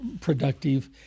productive